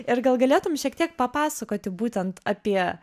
ir gal galėtum šiek tiek papasakoti būtent apie